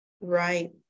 right